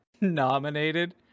nominated